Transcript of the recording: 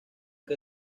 que